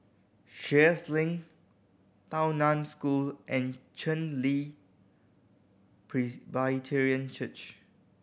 Sheares Link Tao Nan School and Chen Li Presbyterian Church